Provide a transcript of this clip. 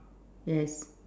yes